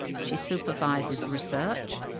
she supervises research,